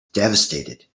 devastated